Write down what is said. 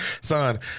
son